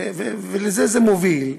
ולזה זה מוביל,